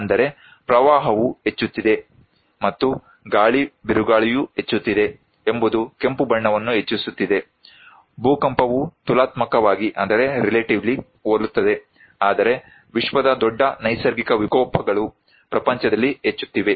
ಅಂದರೆ ಪ್ರವಾಹವು ಹೆಚ್ಚುತ್ತಿದೆ ಮತ್ತು ಗಾಳಿ ಬಿರುಗಾಳಿಯು ಹೆಚ್ಚುತ್ತಿದೆ ಎಂಬುದು ಕೆಂಪು ಬಣ್ಣವನ್ನು ಹೆಚ್ಚಿಸುತ್ತಿದೆ ಭೂಕಂಪವು ತುಲನಾತ್ಮಕವಾಗಿ ಹೋಲುತ್ತದೆ ಆದರೆ ವಿಶ್ವದ ದೊಡ್ಡ ನೈಸರ್ಗಿಕ ವಿಕೋಪಗಳು ಪ್ರಪಂಚದಲ್ಲಿ ಹೆಚ್ಚುತ್ತಿವೆ